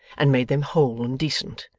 and made them whole and decent.